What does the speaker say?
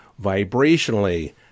vibrationally